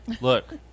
look